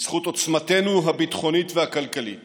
בזכות עוצמתנו הביטחונית והכלכלית